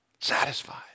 satisfied